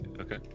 Okay